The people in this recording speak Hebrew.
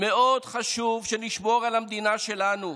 חשוב מאוד שנשמור על המדינה שלנו,